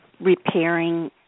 repairing